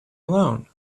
alone